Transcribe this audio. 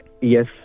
yes